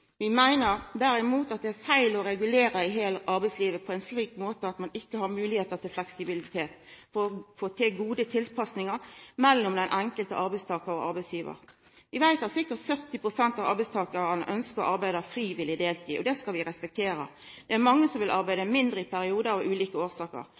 Vi meiner derimot at det er feil å regulera i hel arbeidslivet på ein slik måte at ein ikkje har moglegheiter til fleksibilitet for å få til gode tilpassingar mellom den enkelte arbeidstakaren og arbeidsgivaren. Vi veit at ca. 70 pst. av arbeidstakarane ynskjer å arbeida frivillig deltid, og det skal vi respektera. Det er mange som vil